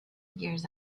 years